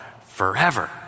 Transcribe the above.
forever